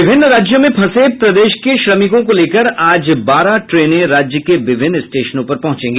विभिन्न राज्यों में फंसे प्रदेश के श्रमिकों को लेकर आज बारह ट्रेनें राज्य के विभिन्न स्टेशनों पर पहुंचेंगी